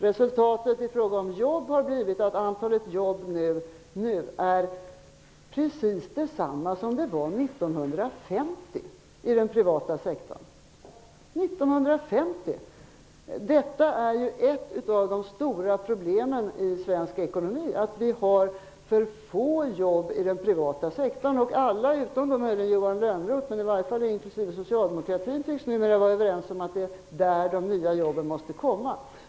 Resultatet har blivit att antalet jobb i den privata sektorn nu är precis detsamma som det var 1950! Detta är ju ett av de stora problemen i svensk ekonomi, att vi har för få jobb i den privata sektorn. Alla, utom möjligen Johan Lönnroth, inklusive socialdemokratin tycks nu vara överens om att det är från den privata sektorn som de nya jobben måste komma.